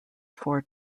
four